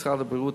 משרד הבריאות,